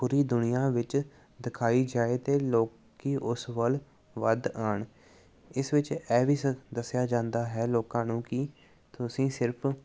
ਪੂਰੀ ਦੁਨੀਆਂ ਵਿੱਚ ਦਿਖਾਈ ਜਾਏ ਅਤੇ ਲੋਕ ਉਸ ਵੱਲ ਵੱਧ ਆਉਣ ਇਸ ਵਿੱਚ ਇਹ ਵੀ ਸ ਦੱਸਿਆ ਜਾਂਦਾ ਹੈ ਲੋਕਾਂ ਨੂੰ ਕਿ ਤੁਸੀਂ ਸਿਰਫ